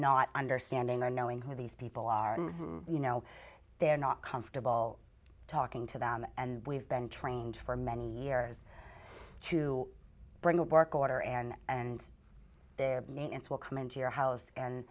not understanding or knowing who these people are you know they're not comfortable talking to them and we've been trained for many years to bring the work order and and their maintenance will come into your